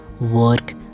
work